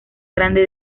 grande